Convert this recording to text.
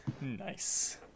nice